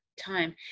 time